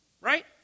right